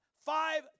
Five